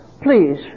please